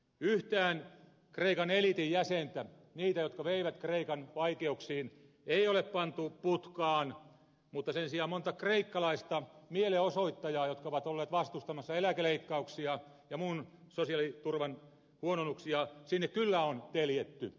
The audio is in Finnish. yhtään kreikan eliitin jäsentä niitä jotka veivät kreikan vaikeuksiin ei ole pantu putkaan mutta sen sijaan monta kreikkalaista mielenosoittajaa jotka ovat olleet vastustamassa eläkeleikkauksia ja muun sosiaaliturvan huononnuksia sinne kyllä on teljetty